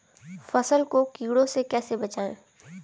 फसल को कीड़ों से कैसे बचाएँ?